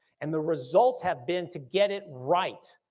and the results have been to get it right.